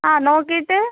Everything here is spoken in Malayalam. ആ നോക്കിയിട്ട്